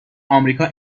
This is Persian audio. آمریکا